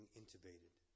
intubated